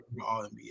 All-NBA